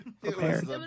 prepared